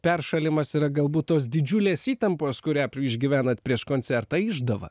peršalimas yra galbūt tos didžiulės įtampos kurią išgyvenat prieš koncertą išdava